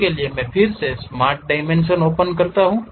उसके लिए मैं फिर से स्मार्ट डायमेंशन का उपयोग कर सकता हूं